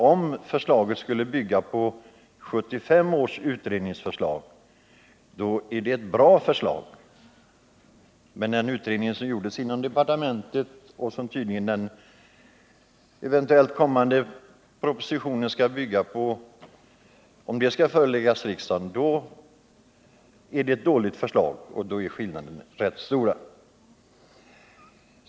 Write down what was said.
Om förslaget skulle bygga på 1975 års utredningsförslag, är det ett bra förslag. En utredning har gjorts inom departementet. Om den eventuellt kommande propositionen skulle bygga på den, innebär det ett dåligt förslag och då är skillnaden rätt stor.